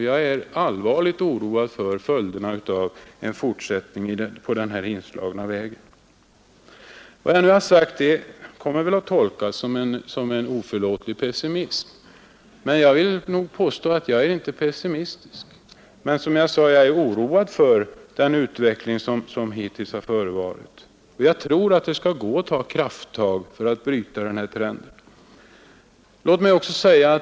Jag är allvarligt oroad för följderna av en fortsättning på den här inslagna vägen. Vad jag nu har sagt kommer väl att tolkas som en oförlåtlig pessimism. Men jag är inte pessimistisk, jag är — som jag sade — oroad av den utveckling som hittills har förevarit, och jag tror att det skall gå att ta krafttag för att bryta trenden.